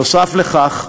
נוסף על כך,